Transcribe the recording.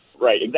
Right